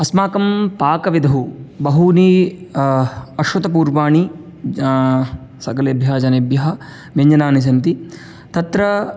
अस्माकं पाकविधौ बहूनि अश्रुतपूर्वाणि सकलेभ्यः जनेभ्यः व्यञ्जनानि सन्ति तत्र